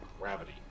gravity